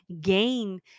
gain